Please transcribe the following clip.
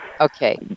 okay